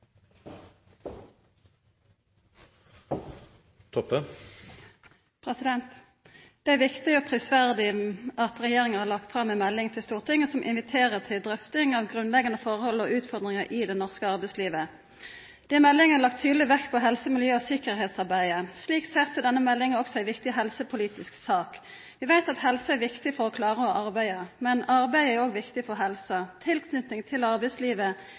inviterer til drøfting av grunnleggjande forhold og utfordringar i det norske arbeidslivet. Det er i meldinga lagt tydeleg vekt på helse-, miljø- og sikkerheitsarbeidet. Slik sett er denne meldinga også ei viktig helsepolitisk sak. Vi veit at helsa er viktig for å klara å arbeida. Men arbeidet er òg viktig for helsa. Tilknyting til arbeidslivet